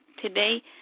today